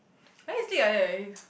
I need to sleep like that at least